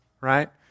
right